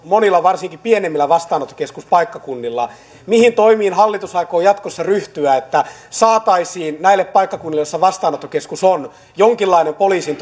monilla varsinkaan pienemmillä vastaanottokeskuspaikkakunnilla mihin toimiin hallitus aikoo jatkossa ryhtyä että saataisiin näille paikkakunnille joissa vastaanottokeskus on jonkinlainen poliisin